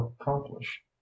accomplish